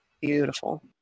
beautiful